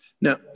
Now